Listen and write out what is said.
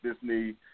Disney